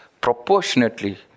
proportionately